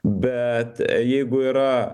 bet jeigu yra